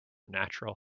natural